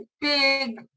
big